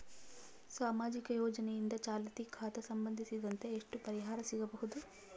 ಸಾಮಾಜಿಕ ಯೋಜನೆಯಿಂದ ಚಾಲತಿ ಖಾತಾ ಸಂಬಂಧಿಸಿದಂತೆ ಎಷ್ಟು ಪರಿಹಾರ ಸಿಗಬಹುದು?